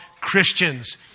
Christians